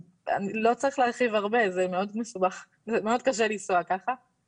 לא צריך להרחיב הרבה זה מאוד מסובך וזה מאוד קשה לנסוע ככה,